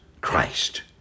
Christ